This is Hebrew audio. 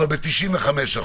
אבל ב-95%,